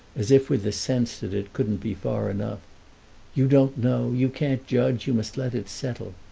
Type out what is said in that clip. as if with the sense that it couldn't be far enough you don't know, you can't judge, you must let it settle.